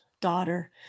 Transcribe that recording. daughter